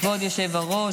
כבוד היושב-ראש,